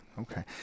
Okay